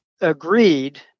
agreed